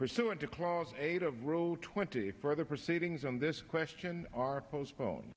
pursuant to clause eight of row twenty further proceedings on this question are postpone